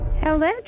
Hello